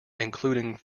including